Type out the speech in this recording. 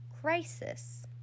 crisis